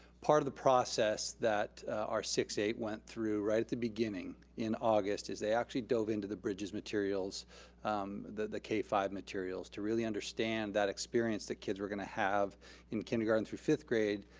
part of the process that our six-eight went through right at the beginning in august is they actually built into the bridges materials the the k five materials to really understand that experience the kids were gonna have in kindergarten through fifth grade,